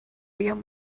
بیام